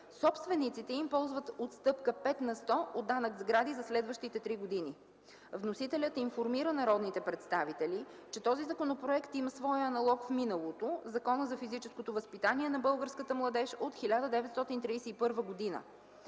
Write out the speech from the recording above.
собствениците им ползват отстъпка 5 на сто от данък сгради за следващите 3 години. Вносителят информира народните представители, че този законопроект има своя аналог в миналото – Закона за физическото възпитание на българската младеж от 1931 г.